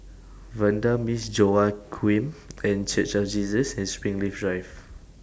Vanda Miss Joaquim The Church of Jesus and Springleaf Drive